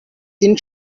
thin